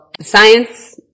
science